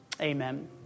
Amen